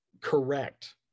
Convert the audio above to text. correct